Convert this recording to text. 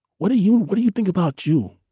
what do you what do you think about you?